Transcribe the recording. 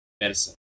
medicine